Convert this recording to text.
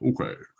okay